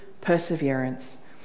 perseverance